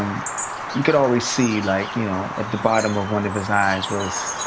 you could always see like you know at the bottom of one of his eyes was